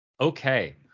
Okay